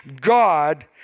God